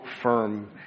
firm